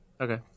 Okay